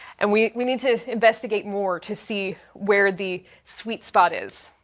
and we we need to investigate more to see where the sweet spot is.